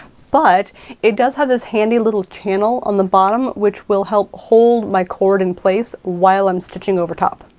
but it does have this handy little channel on the bottom which will help hold my cord in place while i'm stitching over top.